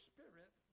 Spirit